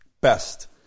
Best